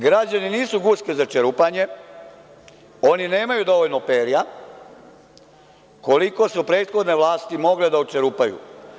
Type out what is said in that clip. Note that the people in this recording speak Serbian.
Građani nisu guske za čerupanje, oni nemaju dovoljno perja, koliko su prethodne vlasti mogle da očerupaju.